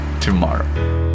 tomorrow